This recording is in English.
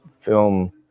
film